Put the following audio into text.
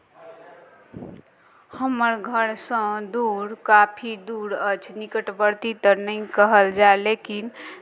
हमर घरसँ दूर काफी दूर अछि निकटवर्ती तऽ नहि कहल जाय लेकिन